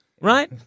Right